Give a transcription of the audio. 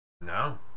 No